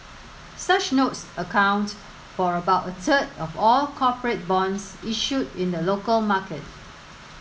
such notes account for about a third of all corporate bonds issued in the local market